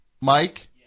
Mike